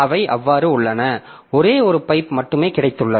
அவை அவ்வாறு உள்ளன ஒரே ஒரு பைப் மட்டுமே கிடைத்துள்ளது